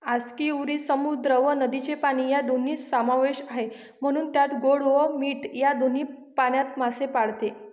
आस्कियुरी समुद्र व नदीचे पाणी या दोन्ही समावेश आहे, म्हणून त्यात गोड व मीठ या दोन्ही पाण्यात मासे पाळते